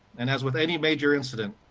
and as with any major incident,